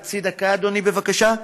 חצי דקה, אדוני, בבקשה.